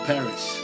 Paris